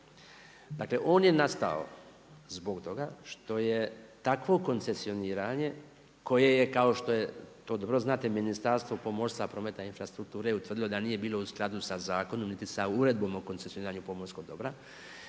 dakle on je nastao zbog toga što je takvo koncesioniranje koje je kao što to dobro znate Ministarstvo pomorstva, prometa i infrastrukture utvrdilo da nije bilo u skladu sa zakonom niti sa uredbom o koncesioniranju pomorskog dobra,